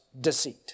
deceit